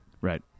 Right